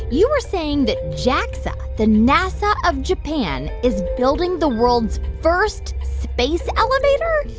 you were saying that jaxa, the nasa of japan, is building the world's first space elevator?